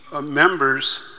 members